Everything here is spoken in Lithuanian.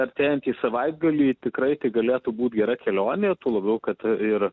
artėjantį savaitgalį tikrai tai galėtų būt gera kelionė tuo labiau kad ir